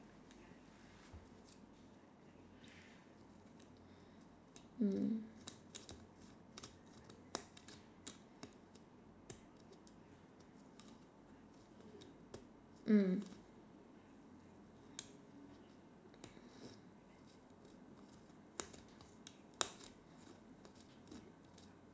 mm mm